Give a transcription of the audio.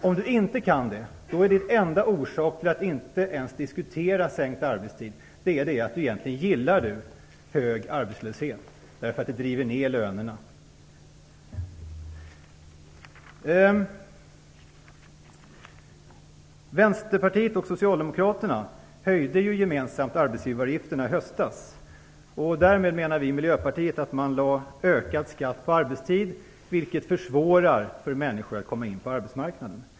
Om han inte kan göra det måste den enda orsaken till att han inte ens vill diskutera förkortad arbetstid vara att han egentligen gillar hög arbetslöshet, därför att det driver ner lönerna. Vänsterpartiet och Socialdemokraterna höjde ju gemensamt arbetsgivaravgifterna i höstas. Därmed lade man, menar vi i Miljöpartiet, ökad skatt på arbetstid, vilket försvårar för människor att komma in på arbetsmarknaden.